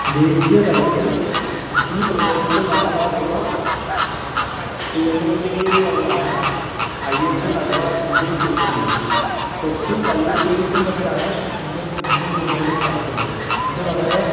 ദേശീയ തലത്തിൽ ഈ പ്രദേശത്ത് നടത്താറുള്ള ടൂർണമെൻറ്റുകളിൽ ഒന്നാണ് ഐ എസ് എൽ അഥവാ Indian Super League Kochi Kaloor സ്റ്റേഡിയത്തിൽ വെച്ചാണ് ഇന്റര് ഇന്ത്യൻ സൂപ്പർ ലീഗ് നടക്കുന്നത് ഇത് വളരെ